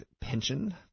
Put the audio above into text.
pension